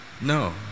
No